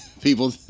people